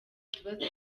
utubazo